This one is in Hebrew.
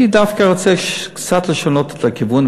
אני דווקא רוצה קצת לשנות את הכיוון,